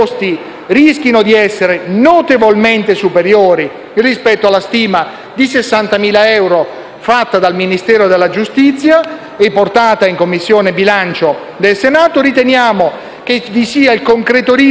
rischino di essere notevolmente superiori rispetto alla stima di 60.000 euro fatta dal Ministero della giustizia e portata in Commissione bilancio del Senato, riteniamo che vi sia il concreto rischio